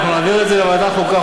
אנחנו נעביר את זה לוועדת החוקה,